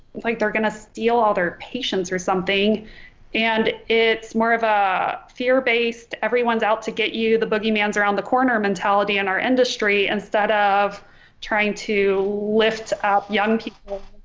like they're gonna steal all their patience or something and it's more of a fear-based everyone's out to get you the boogie man's around the corner mentality in our industry instead of trying to lift up young people